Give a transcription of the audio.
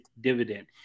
dividend